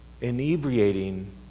inebriating